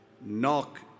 Knock